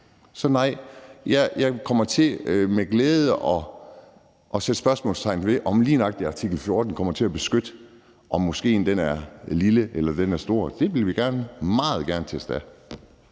Så nej. Jeg kommer til med glæde at sætte spørgsmålstegn ved, om lige nøjagtig artikel 14 kommer til at beskytte, om moskéen er lille eller stor. Det vil vi gerne – meget gerne – teste af.